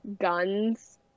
guns